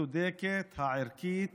הצודקת והערכית